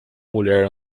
mulher